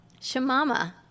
Shamama